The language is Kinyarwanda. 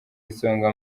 isonga